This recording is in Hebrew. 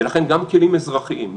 ולכן גם כלים אזרחיים,